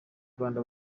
rwanda